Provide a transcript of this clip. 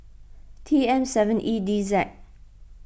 T M seven E D Z